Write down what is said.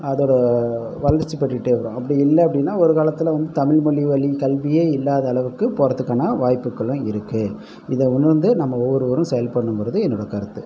அதோடு வளர்ச்சி பெற்றுகிட்டே இருக்கும் அப்படி இல்லை அப்படின்னா ஒரு காலத்தில் வந்து தமிழ் மொழி வழி கல்வியே இல்லாத அளவுக்கு போறதுக்கான வாய்ப்புக்களும் இருக்கு இதை உணர்ந்து நம் ஒவ்வொருவரும் செயல்படணும்ங்கிறது என்னோடய கருத்து